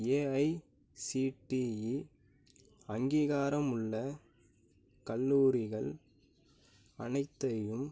AICTE அங்கீகாரம் உள்ள கல்லூரிகள் அனைத்தையும்